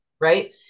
Right